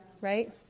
right